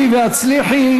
עלי והצליחי.